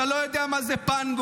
אתה לא יודע מה זה פנגו,